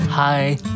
Hi